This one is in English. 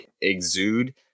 exude